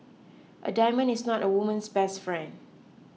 a diamond is not a woman's best friend